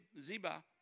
Ziba